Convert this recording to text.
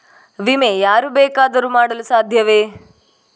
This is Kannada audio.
ವಿಮೆ ಯಾರು ಬೇಕಾದರೂ ಮಾಡಲು ಸಾಧ್ಯವೇ?